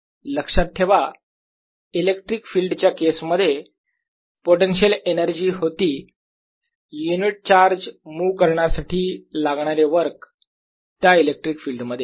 लक्षात ठेवा electric field च्या केस मध्ये पोटेन्शिअल एनर्जी होती युनिट चार्ज मुव्ह करण्यासाठी लागणारे वर्क त्या इलेक्ट्रिक फील्ड मध्ये